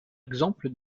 exemple